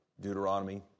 Deuteronomy